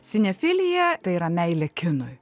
sinefilija tai yra meilė kinui